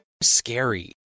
Scary